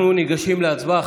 אנחנו ניגשים להצבעה,